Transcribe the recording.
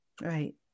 Right